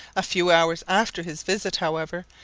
a few hours after his visit, however,